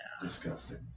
Disgusting